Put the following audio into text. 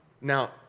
Now